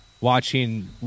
watching